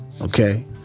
Okay